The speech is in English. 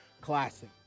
classic